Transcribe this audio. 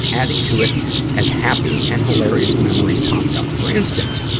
adding to it as happy and hilarious memories popped up. for instance,